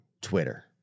Twitter